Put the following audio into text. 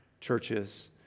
churches